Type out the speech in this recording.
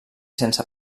sense